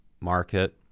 market